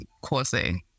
causing